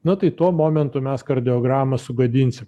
na tai tuo momentu mes kardiogramą sugadinsim